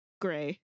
gray